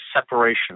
separation